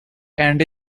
and